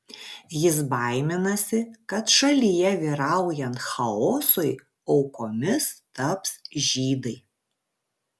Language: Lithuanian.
jis baiminasi kad šalyje vyraujant chaosui aukomis taps žydai